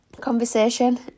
conversation